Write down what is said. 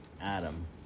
Adam